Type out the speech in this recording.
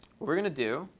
we're going to do,